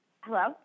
hello